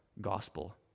gospel